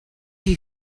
chi